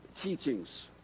teachings